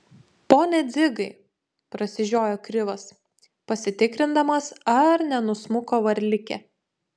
pone dzigai prasižiojo krivas pasitikrindamas ar nenusmuko varlikė